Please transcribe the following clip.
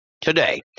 today